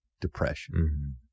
Depression